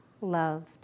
loved